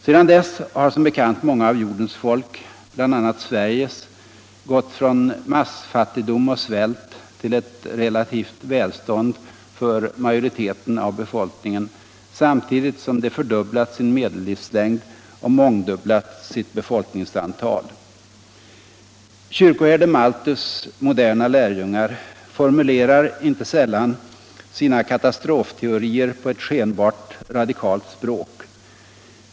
Sedan dess har som bekant många av jordens folk, bl.a. Sveriges, gått från massfattigdom och svält till ew relativt välstånd för majoriteten av befolkningen samtidigt som de mer än fördubblat sin medellivslängd och mångdubblat sitt befolkningstal. Kyrkoherde Malthus moderna lärjungar formulerar inte sällan sina katastrofteorier på ett skenbart radikalt språk.